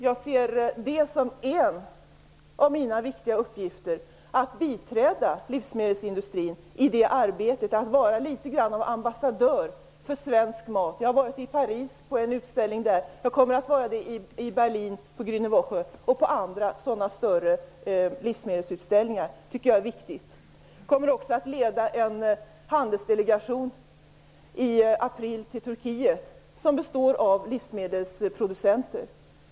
Jag ser det som en av mina viktiga uppgifter att biträda livsmedelsindustrin i detta arbete, att vara litet grand av en ambassadör för svensk mat. Jag har varit på en utställning i Paris. Jag kommer att vara i Berlin på "Grüne Woche" och på andra större livsmedelsutställningar. Det tycker jag är viktigt. I april kommer jag också att leda en handelsdelegation som består av livsmedelsproducenter till Turkiet.